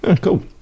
Cool